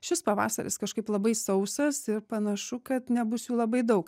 šis pavasaris kažkaip labai sausas ir panašu kad nebus jų labai daug